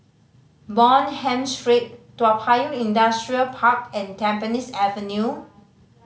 Bonham Street Toa Payoh Industrial Park and Tampines Avenue